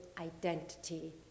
identity